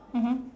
mmhmm